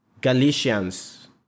Galatians